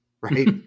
Right